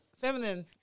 feminine